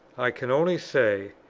i can only say,